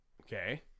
Okay